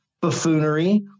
buffoonery